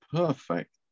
perfect